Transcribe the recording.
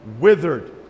withered